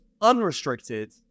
unrestricted